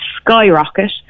skyrocket